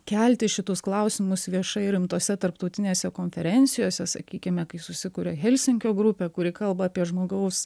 kelti šituos klausimus viešai rimtose tarptautinėse konferencijose sakykime kai susikuria helsinkio grupė kuri kalba apie žmogaus